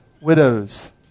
widows